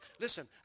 Listen